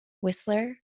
Whistler